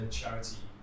charity